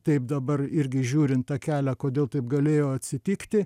taip dabar irgi žiūrint tą kelią kodėl taip galėjo atsitikti